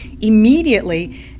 immediately